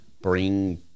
bring